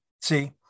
See